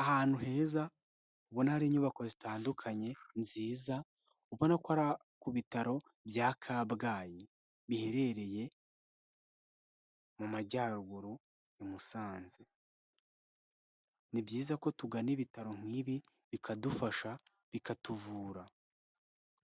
Ahantu heza ubona hari inyubako zitandukanye nziza, ubona ko ari ku bitaro bya kabgayi, biherereye mu majyaruguru i Musanze, ni byiza ko tugana ibitaro nk'ibi bikadufasha bikatuvura,